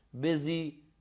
busy